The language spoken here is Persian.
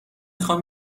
خوام